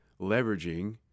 leveraging